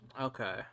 Okay